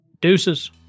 deuces